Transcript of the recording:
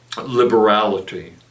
liberality